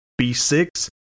B6